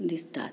दिसतात